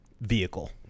vehicle